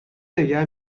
نگه